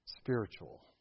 spiritual